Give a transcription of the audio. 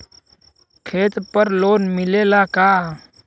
खेत पर लोन मिलेला का?